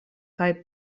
kaj